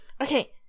Okay